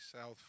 South